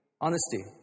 Honesty